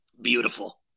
Beautiful